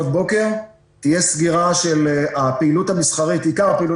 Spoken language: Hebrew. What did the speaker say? יש פה גם את היועצת המשפטית שלנו שתוכל להתייחס לזה.